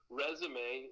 resume